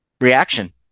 reaction